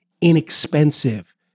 inexpensive